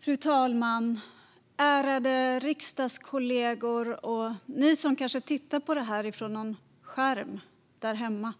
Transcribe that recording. Fru talman, ärade riksdagskollegor och ni som kanske tittar på debatten på någon skärm där hemma!